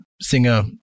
singer